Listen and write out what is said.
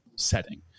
setting